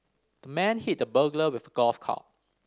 the man hit the burglar with a golf club